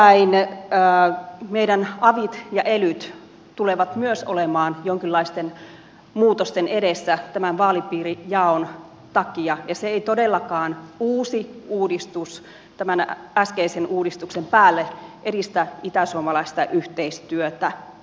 nimittäin meidän avit ja elyt tulevat myös olemaan jonkinlaisten muutosten edessä tämän vaalipiirijaon takia ja se uusi uudistus tämän äskeisen uudistuksen päälle ei todellakaan edistä itäsuomalaista yhteistyötä